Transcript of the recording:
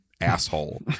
asshole